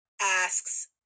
asks